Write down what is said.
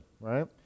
right